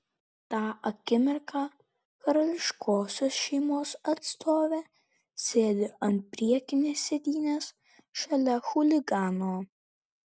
tą akimirką karališkosios šeimos atstovė sėdi ant priekinės sėdynės šalia chuligano